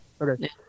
Okay